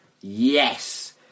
Yes